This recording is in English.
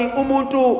umuntu